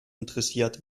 interessiert